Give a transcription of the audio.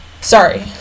Sorry